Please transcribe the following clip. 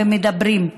ומדברים.